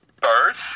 birth